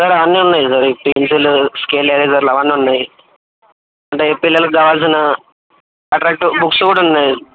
sir అన్నీ ఉన్నాయి pencil స్కేళ్ళు ఎరేజర్లు అవన్నీ ఉన్నాయి అంటే పిల్లలు కావాలసిన అట్రాక్టివ్ బుక్స్ కూడా ఉన్నాయి